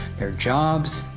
their jobs,